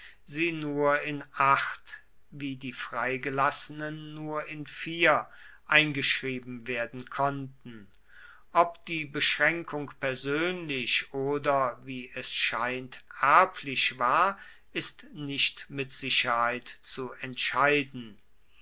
sie nur in acht wie die freigelassenen nur in vier eingeschrieben werden konnten ob die beschränkung persönlich oder wie es scheint erblich war ist nicht mit sicherheit zu entscheiden